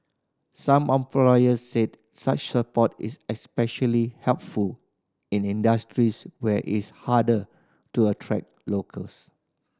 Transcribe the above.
some employers said such support is especially helpful in industries where it's harder to attract locals